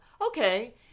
okay